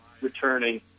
returning